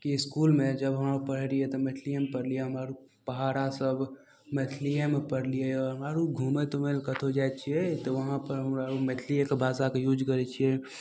कि इसकुलमे जब हम पढ़य रहियै तऽ मैथलियेमे पढ़लियै हम आर पहाड़ा सभ मैथिलियेमे पढ़लियै अऽ आरो घुमय तुमय लए कतौ जाइ छियै तऽ उहाँपर उ हमरा मैथलिये के भाषाके यूज करय छियै